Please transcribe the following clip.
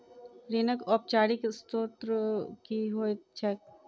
ऋणक औपचारिक स्त्रोत की होइत छैक?